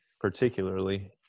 particularly